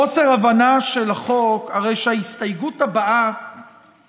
חוסר הבנה של החוק, הרי שההסתייגות הבאה